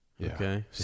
Okay